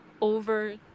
over